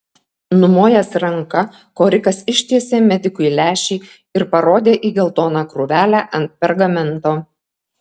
numojęs ranka korikas ištiesė medikui lęšį ir parodė į geltoną krūvelę ant pergamento